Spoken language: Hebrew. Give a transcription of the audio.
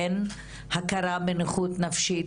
בין הכרה בנכות נפשית,